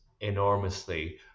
enormously